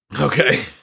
Okay